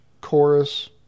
chorus